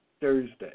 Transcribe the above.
Thursday